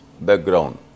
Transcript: background